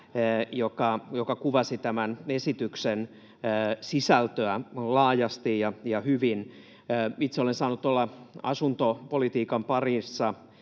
joka kuvasi tämän esityksen sisältöä laajasti ja hyvin. Itse olen saanut olla asuntopolitiikan parissa